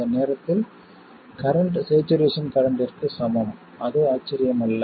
அந்த நேரத்தில் current saturation கரண்ட்டிற்கு சமம் அது ஆச்சரியமல்ல